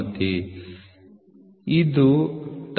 ಆದ್ದರಿಂದ ಇದು ರಂಧ್ರ ಆಧಾರಿತ ವ್ಯವಸ್ಥೆಗೆ